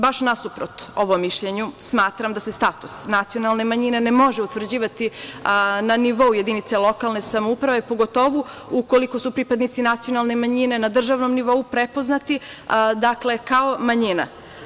Baš nasuprot ovom mišljenju smatram da status nacionalne manjine ne može utvrđivati na nivo jedinice lokalne samouprave, pogotovo ukoliko su pripadnici nacionalne manjine na državnom nivou prepoznati kao manjina.